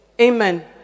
Amen